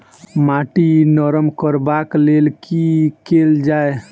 माटि नरम करबाक लेल की केल जाय?